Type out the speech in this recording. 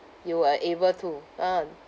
you were able to ah